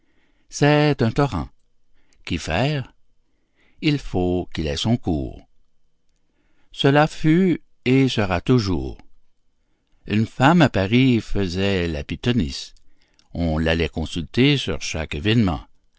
c'est un torrent qu'y faire il faut qu'il ait son cours cela fut et sera toujours une femme à paris faisait la pythonisse on l'allait consulter sur chaque événement